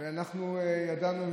ואנחנו ידענו,